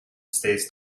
stays